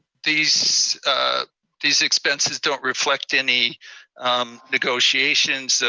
these these expenses don't reflect any negotiations,